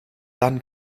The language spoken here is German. dann